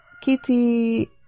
kitty